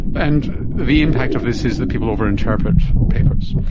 and the impact of this is that people over-interpret papers.